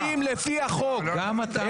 הם הולכים לפי החוק.